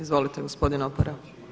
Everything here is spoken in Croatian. Izvolite gospodine Opara.